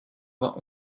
vingt